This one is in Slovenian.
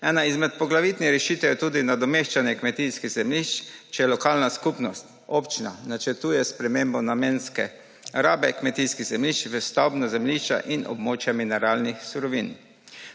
Ena izmed poglavitnih rešitev je tudi nadomeščanje kmetijskih zemljišč, če lokalna skupnost, občina načrtuje spremembo namenske rabe kmetijskih zemljišč v stavbna zemljišča in območja mineralnih surovin.